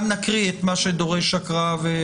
גם נקריא את מה שדורש הקראה.